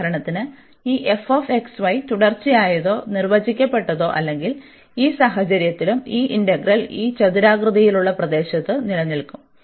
ഉദാഹരണത്തിന് ഈ തുടർച്ചയായതോ നിർവചിക്കപ്പെട്ടതോ ആണെങ്കിൽ ഈ സാഹചര്യത്തിലും ഈ ഇന്റഗ്രൽ ഈ ചതുരാകൃതിയിലുള്ള പ്രദേശത്ത് നിലനിൽക്കും